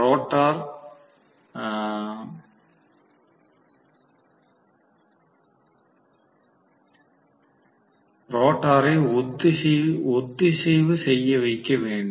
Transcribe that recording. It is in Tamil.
ரோட்டார் வைக்க வேண்டும்